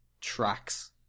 tracks